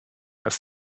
als